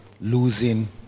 losing